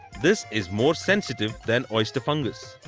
this is more sensitive than oyster fungus.